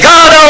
God